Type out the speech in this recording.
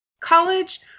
college